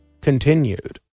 continued